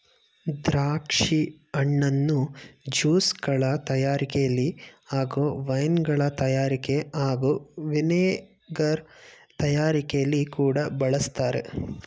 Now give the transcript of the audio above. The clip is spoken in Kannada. ದ್ರಾಕ್ಷಿ ಹಣ್ಣನ್ನು ಜ್ಯೂಸ್ಗಳ ತಯಾರಿಕೆಲಿ ಹಾಗೂ ವೈನ್ಗಳ ತಯಾರಿಕೆ ಹಾಗೂ ವಿನೆಗರ್ ತಯಾರಿಕೆಲಿ ಕೂಡ ಬಳಸ್ತಾರೆ